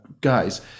guys